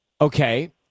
Okay